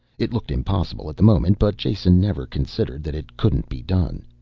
it looked impossible at the moment, but jason never considered that it couldn't be done.